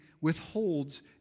withholds